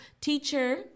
Teacher